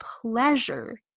pleasure